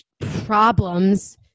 problems